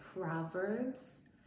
Proverbs